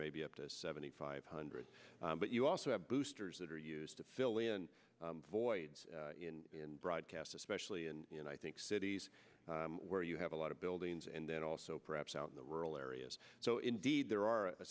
maybe up to seventy five hundred but you also have boosters that are used to fill in voids and broadcast especially and i think cities where you have a lot of buildings and then also perhaps out of the rural areas so indeed there are a